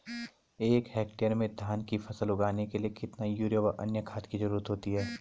एक हेक्टेयर में धान की फसल उगाने के लिए कितना यूरिया व अन्य खाद की जरूरत होती है?